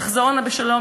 תחזורנה בשלום,